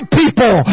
people